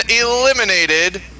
eliminated